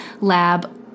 lab